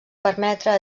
permetre